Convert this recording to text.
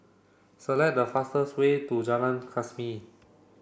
select the fastest way to Jalan Khamis